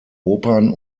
opern